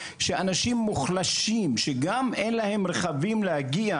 שהם אנשים מוחלשים שגם אין להם רכבים להגיע